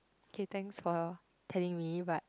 thanks for telling me but